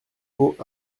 haut